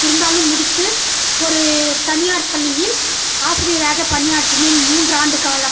இருந்தாலும் முடித்து ஒரு தனியார் பள்ளியில் ஆசிரியராக பணியாற்றினேன் மூன்று ஆண்டுக்காலம்